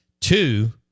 two